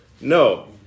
No